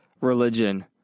religion